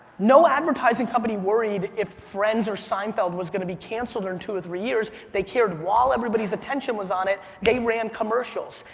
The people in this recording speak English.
no advertising company worried if friends or seinfeld was gonna be cancelled in and two or three years. they cared while everybody's attention was on it. they ran commercials.